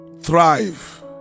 thrive